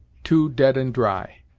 two dead and dry,